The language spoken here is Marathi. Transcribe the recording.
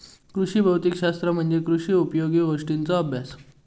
कृषी भौतिक शास्त्र म्हणजे कृषी उपयोगी गोष्टींचों अभ्यास